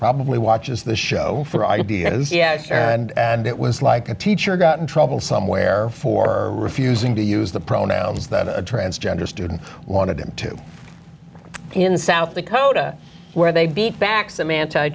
probably watches the show for ideas yes and it was like a teacher got in trouble somewhere for refusing to use the pronouns that a transgender student wanted him to in south dakota where they beat back some anti